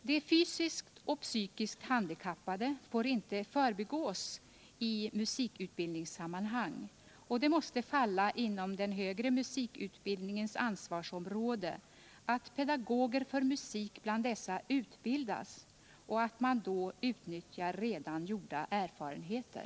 De fysiskt och psykiskt handikappade får inte förbigås i musikutbildningssammanhang, och det måste falla inom den högre musikutbildningens ansvarsområde att pedagoger för musik bland handikappade utbildas och att man då utnyttjar redan gjorda erfarenheter.